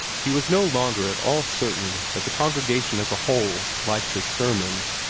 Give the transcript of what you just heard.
he was no longer at all certain that the congregation as a whole liked his sermons.